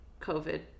COVID